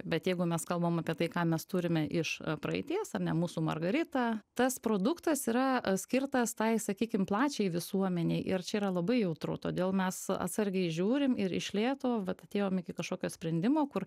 bet jeigu mes kalbam apie tai ką mes turime iš praeities ar ne mūsų margarita tas produktas yra atskirtas tai sakykim plačiai visuomenei ir čia yra labai jautru todėl mes atsargiai žiūrim ir iš lėto vat atėjom iki kažkokio sprendimo kur